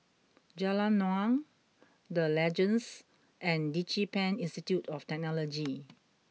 Jalan Naung The Legends and DigiPen Institute of Technology